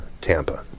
Tampa